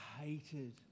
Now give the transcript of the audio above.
hated